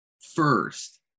first